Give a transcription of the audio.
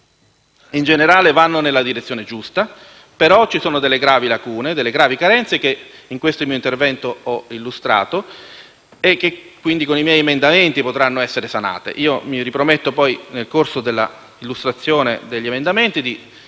in generale vanno nella direzione giusta, ma ci sono delle gravi lacune e carenze che in questo mio intervento ho illustrato e che con i miei emendamenti potranno essere sanate. Mi riprometto, nel corso dell'illustrazione degli emendamenti, di